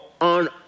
on